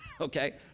Okay